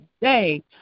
today